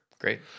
Great